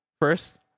First